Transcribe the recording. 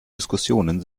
diskussionen